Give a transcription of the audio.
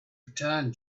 return